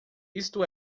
isto